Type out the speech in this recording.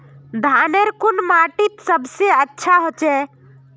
धानेर कुन माटित सबसे अच्छा होचे?